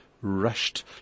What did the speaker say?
rushed